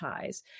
ties